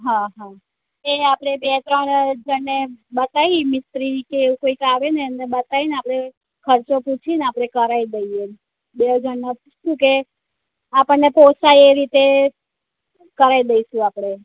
હા હા એ આપડે બે ત્રણ જણને બતાઈ મિસ્ત્રી કે એવું કોઈક આવે ને એને બતાઈ ને આપડે ખર્ચો પૂછીને આપડે કરાઈ દઈએ બે જણને પૂછશું કે આપણને પોસાય એ રીતે કરાઈ દઈશું આપડે